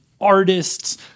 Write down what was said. artists